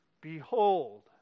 Behold